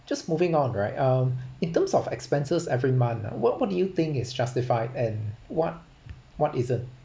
just moving on right um in terms of expenses every month ah what what do you think is justified and what what isn't